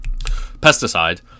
pesticide